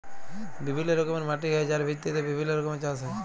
বিভিল্য রকমের মাটি হ্যয় যার ভিত্তিতে বিভিল্য রকমের চাস হ্য়য়